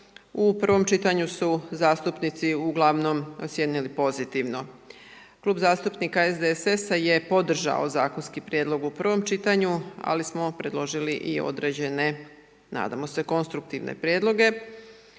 U prvom čitanju su zastupnici uglavnom ocijenili pozitivno. Klub zastupnika SDSS-a je podržao zakonski prijedlog u prvom čitanju ali smo predložili i određene, nadamo se konstruktivne prijedloge.